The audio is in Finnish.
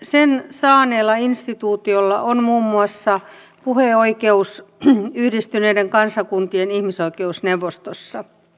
sen saaneella instituutiolla on muun muassa puheoikeus yhdistyneiden kansakuntien ihmisoikeusneuvostossa